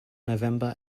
november